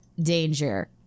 danger